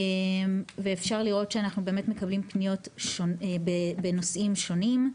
אפשר לראות באמת שאנחנו מקבלים פניות בנושאים שונים,